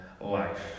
life